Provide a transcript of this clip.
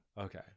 okay